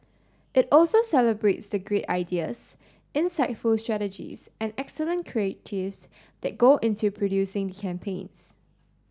it also celebrates the great ideas insightful strategies and excellent creatives that go into producing the campaigns